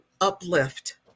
uplift